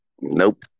Nope